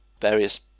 various